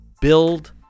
build